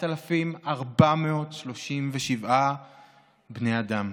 4,437 בני אדם.